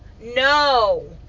No